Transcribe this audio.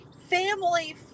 family